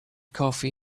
coffee